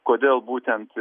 kodėl būtent